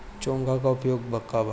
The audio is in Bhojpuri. चोंगा के का उपयोग बा?